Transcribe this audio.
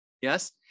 Yes